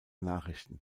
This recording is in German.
nachrichten